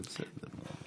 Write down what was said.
זה בסדר.